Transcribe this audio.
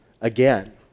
again